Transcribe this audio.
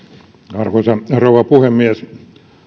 arvoisa rouva puhemies